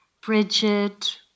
Bridget